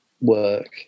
work